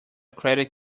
credit